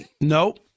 Nope